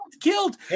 killed